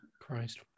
christ